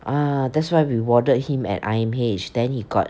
ah that's why we warded him at I_M_H then he got